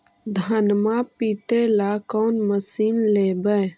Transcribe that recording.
धनमा पिटेला कौन मशीन लैबै?